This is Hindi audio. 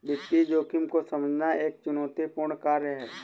वित्तीय जोखिम को समझना एक चुनौतीपूर्ण कार्य है